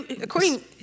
according